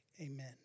amen